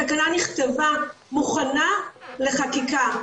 התקנה נכתבה, מוכנה לחקיקה.